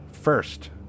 first